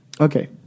Okay